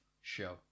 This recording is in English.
show